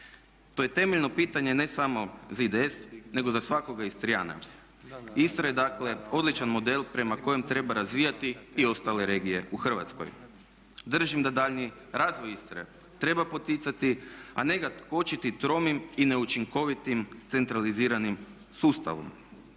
To je temeljno pitanje ne samo za IDS nego i za svakoga Istrijana. Istra je dakle odličan model prema kojem treba razvijati i ostale regije u Hrvatskoj. Držim da daljnji razvoj Istre treba poticati a ne ga kočiti tromim i neučinkovitim centraliziranim sustavom.